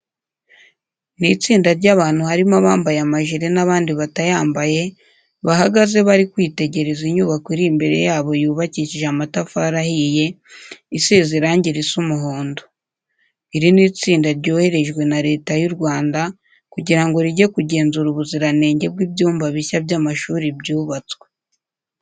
Ni istinda ry'abantu harimo abambaye amajire n'abandi batayambaye, bahagaze bari kwitegereza inyubako iri imbere yabo yubakishije amatafari ahiye, isize irange risa umuhondo. Iri ni itsinda ryoherejwe na Leta y'u Rwanda kugira ngo rijye kugenzura ubuziranenge bw'ibyumba bishya by'amashuri byubatswe.